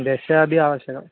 दश अपि आवश्यकं